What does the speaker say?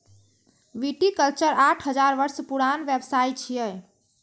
viticulture आठ हजार वर्ष पुरान व्यवसाय छियै